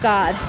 God